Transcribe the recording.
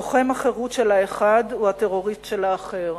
לוחם החירות של האחד הוא הטרוריסט של האחר,